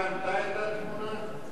היא קנתה את התמונה?